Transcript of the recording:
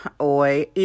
Oy